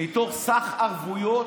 מתוך סך הערבויות,